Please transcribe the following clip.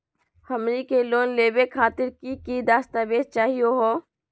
हमनी के लोन लेवे खातीर की की दस्तावेज चाहीयो हो?